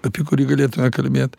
apie kurį galėtume kalbėt